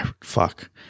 fuck